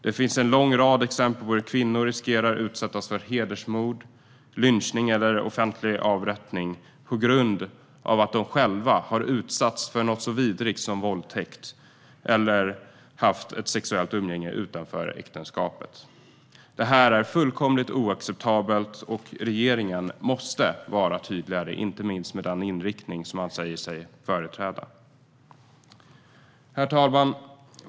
Det finns en lång rad exempel där kvinnor riskerar att utsättas för hedersmord, lynchning eller offentlig avrättning på grund av att de själva har utsatts för något så vidrigt som våldtäkt eller för att de har haft sexuellt umgänge utanför äktenskapet. Det är fullkomligt oacceptabelt. Regeringen måste vara tydlig, inte minst med den inriktning man säger sig företräda. Herr talman!